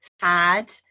sad